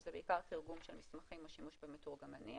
זה בעיקר תרגום של מסמכים ושימוש במתורגמנים,